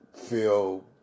feel